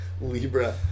Libra